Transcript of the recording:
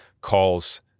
calls